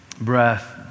breath